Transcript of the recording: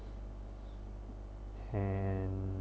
and